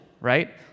right